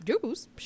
juice